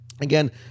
Again